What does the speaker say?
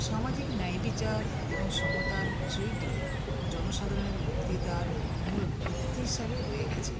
সামাজিক ন্যায় বিচার এবং সমতার বিষয়টি জন সাধারণের বক্তৃতার মূল ভিত্তি হিসাবে রয়ে গেছে